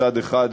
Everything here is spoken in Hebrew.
מצד אחד,